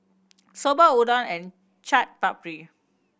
Soba Udon and Chaat Papri